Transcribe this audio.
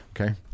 Okay